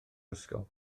ysgol